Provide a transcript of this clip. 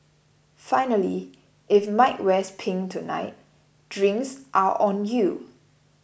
finally if Mike wears pink tonight drinks are on you